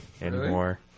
anymore